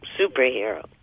superhero